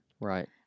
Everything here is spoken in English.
Right